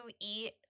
eat